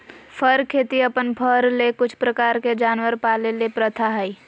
फर खेती अपन फर ले कुछ प्रकार के जानवर पाले के प्रथा हइ